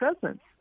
presence